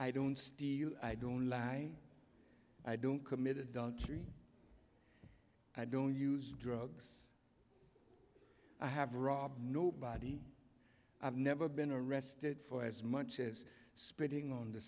i don't i don't lie i don't commit adultery i don't use drugs i have rob nobody i've never been arrested for as much as spitting on the